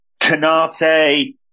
Canate